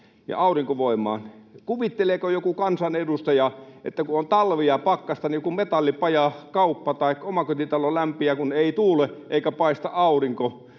ja aurinkovoimaan. Kuvitteleeko joku kansanedustaja, että kun on talvi ja pakkasta, niin joku metallipaja, kauppa tai omakotitalo lämpiää, kun ei tuule, eikä paista aurinko,